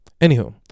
Anywho